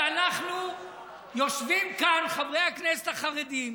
ואנחנו יושבים כאן, חברי הכנסת החרדים,